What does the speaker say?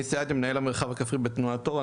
אני סעדיה מנהל המרחב הכפרי בתנועת אור.